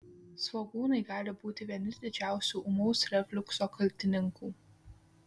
svogūnai gali būti vieni didžiausių ūmaus refliukso kaltininkų